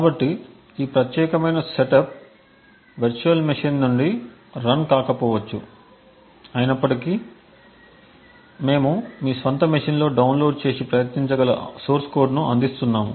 కాబట్టి ఈ ప్రత్యేకమైన సెటప్ వర్చువల్ మెషీన్ నుండి రన్ కాకపోవచ్చు అయినప్పటికీ మేము మీ స్వంత మెషీన్లలో డౌన్లోడ్ చేసి ప్రయత్నించగల సోర్స్ కోడ్ను అందిస్తున్నాము